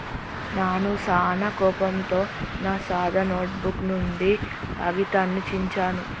నాను సానా కోపంతో నా సాదా నోటుబుక్ నుండి కాగితాన్ని చించాను